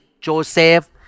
Joseph